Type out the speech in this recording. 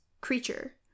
creature